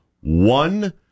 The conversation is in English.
one